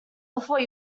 before